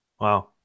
Wow